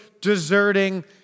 deserting